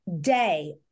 day